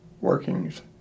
workings